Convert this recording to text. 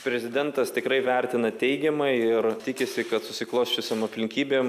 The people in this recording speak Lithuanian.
prezidentas tikrai vertina teigiamai ir tikisi kad susiklosčiusiom aplinkybėm